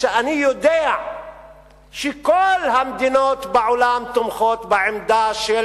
כשאני יודע שכל המדינות בעולם תומכות בעמדה של